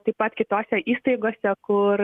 taip pat kitose įstaigose kur